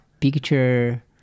picture